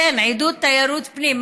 כן, עידוד תיירות פנים.